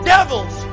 Devils